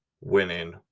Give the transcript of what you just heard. winning